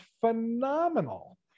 phenomenal